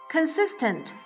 Consistent